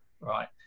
Right